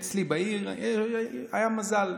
ואצלי בעיר היה מזל: